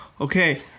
Okay